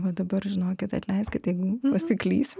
va dabar žinokit atleiskit jeigu pasiklysiu